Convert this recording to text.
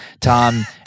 Tom